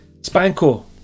Spanko